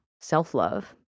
self-love